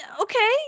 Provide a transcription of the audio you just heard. Okay